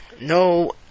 No